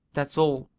that's all!